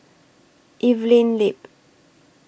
Evelyn Lip